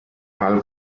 halb